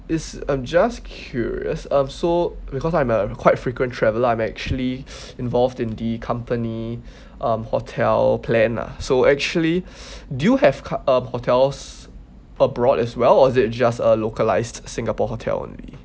is I'm just curious of so because I'm a quite frequent traveler I'm actually involved in the company um hotel plan lah so actually do you have car~ uh hotels abroad as well or is it just a localised singapore hotel only